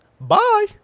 Bye